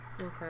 Okay